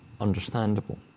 understandable